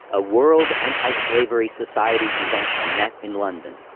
a world anti-slavery society convention met in london.